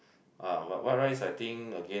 ah but white rice I think again